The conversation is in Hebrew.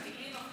הטילים החות'יים.